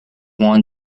warn